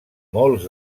molts